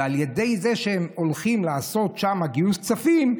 ועל ידי זה שהם הולכים לעשות שם גיוס כספים,